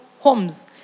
homes